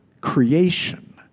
creation